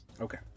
Okay